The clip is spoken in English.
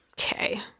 okay